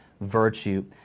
virtue